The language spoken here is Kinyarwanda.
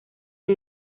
uyu